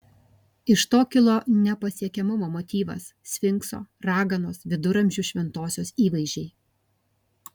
iš to kilo nepasiekiamumo motyvas sfinkso raganos viduramžių šventosios įvaizdžiai